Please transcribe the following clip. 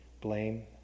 blame